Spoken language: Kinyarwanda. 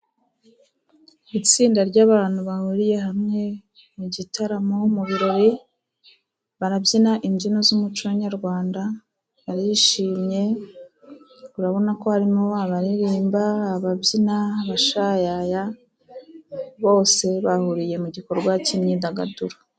Itsinda ry'abantu bahuriye hamwe mu gitaramo, mu birori, barabyina imbyino z'umuco nyarwanda, barishimye, urabona ko harimo abaririmba, ababyina, abashyayaya, bose bahuriye mu gikorwa cy'imyidagaduro.